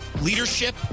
leadership